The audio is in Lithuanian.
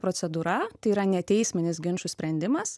procedūra tai yra neteisminis ginčų sprendimas